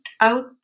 out